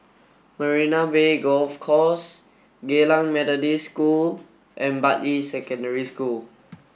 Marina Bay Golf Course Geylang Methodist School and Bartley Secondary School